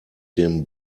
dem